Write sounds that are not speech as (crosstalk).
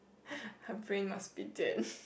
(laughs) her brain must be dead